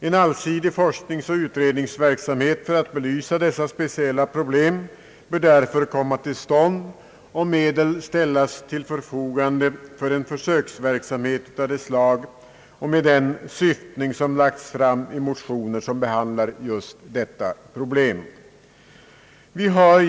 En allsidig forskningsoch utredningsverksamhet för att belysa dessa problem bör därför komma till stånd och medel ställas till förfogande för en försöksverksamhet av det slag och med den syftning som anges i de motioner som behandlar just den frågan.